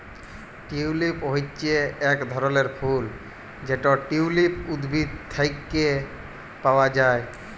tulip হচ্যে এক ধরলের ফুল যেটা টিউলিপ উদ্ভিদ থেক্যে পাওয়া হ্যয়